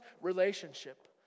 relationship